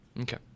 Okay